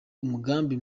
umugambi